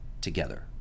together